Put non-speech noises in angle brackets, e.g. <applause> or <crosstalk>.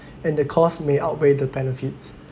<breath> and the cost may outweigh the benefit